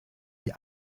die